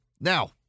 Now